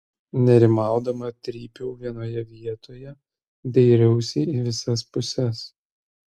nerimaudama trypiau vienoje vietoje dairiausi į visas puses